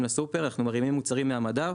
לסופר אנחנו מרימים מוצרים מהמדף,